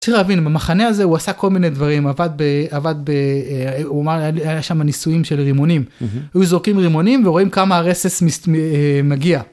צריך להבין, במחנה הזה הוא עשה כל מיני דברים, הוא עבד ב... עבד ב... היה שמה ניסויים של רימונים, היו זורקים רימונים ורואים כמה הרסס מגיע.